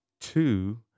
Two